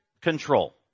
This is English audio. control